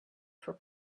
for